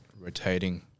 rotating